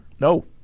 No